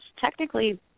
technically